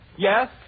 Yes